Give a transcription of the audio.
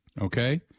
Okay